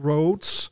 Roads